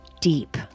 deep